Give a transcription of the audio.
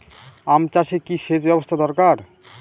আম চাষে কি সেচ ব্যবস্থা দরকার?